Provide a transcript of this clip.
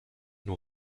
nur